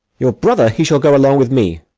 your brother, he shall go along with me.